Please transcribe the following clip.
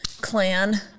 clan